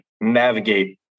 navigate